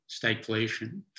stagflation